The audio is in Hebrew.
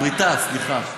בריתה, סליחה.